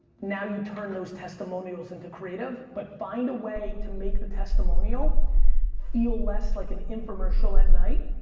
now you turn those testimonials into creative but find a way to make the testimonial feel less like an infomercial at night.